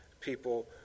people